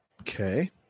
Okay